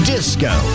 Disco